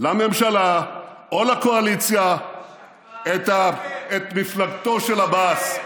לממשלה או לקואליציה את מפלגתו של עבאס.